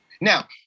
Now